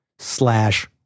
slash